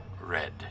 red